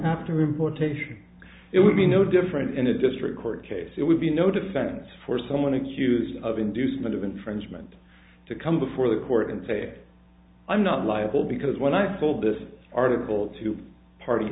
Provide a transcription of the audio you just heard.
after importation it would be no different in a district court case it would be no defense for someone accused of inducement of infringement to come before the court and say i'm not liable because when i pulled this article to party